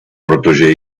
protože